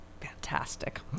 Fantastic